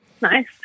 Nice